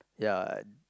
ya